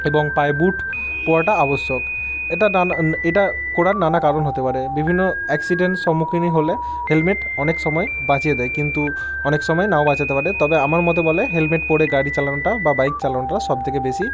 এবং পায়ে বুট পরাটা আবশ্যক এটা নানা এটা কোরার নানা কারণ হতে পারে বিভিন্ন অ্যাকসিডেন্ট সম্মুখীন হলে হেলমেট অনেক সময় বাঁচিয়ে দেয় কিন্তু অনেক সময় নাও বাঁচাতে পারে তবে আমার মতে বলে হেলমেট পরে গাড়ি চালানোটা বা বাইক চালানোটা সব থেকে বেশি